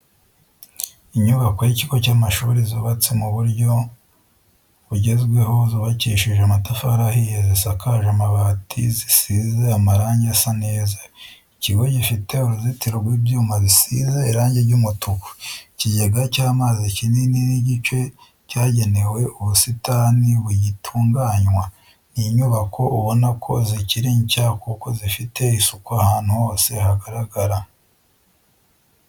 Inyubako y'ikigo cy'amashuri zubatse mu buryo bugezweho zubakishije amatafari ahiye zisakaje amabati zisize amarange asa neza, ikigo gifite uruzitiro rw'ibyuma bisize irangi ry'umutuku, ikigega cy'amazi kinini n'igice cyagenewe ubusitani bugitunganywa. Ni inyubako ubona ko zikiri nshya kuko zifite isuku ahantu hose hagaragara.